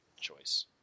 choice